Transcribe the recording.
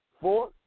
Four